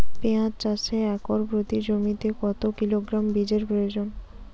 পেঁয়াজ চাষে একর প্রতি জমিতে কত কিলোগ্রাম বীজের প্রয়োজন?